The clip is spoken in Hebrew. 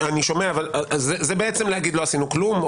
זה בעצם להגיד לא עשינו כלום.